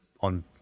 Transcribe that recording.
on